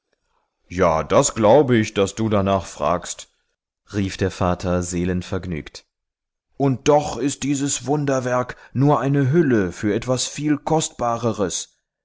ja das glaub ich daß du danach fragst rief der vater seelenvergnügt und doch ist dies wunderwerk nur eine hülle für etwas viel kostbareres